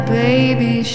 baby